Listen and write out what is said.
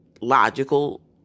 logical